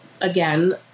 again